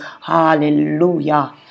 Hallelujah